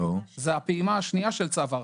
זו הפעימה השנייה של צו ההרחבה.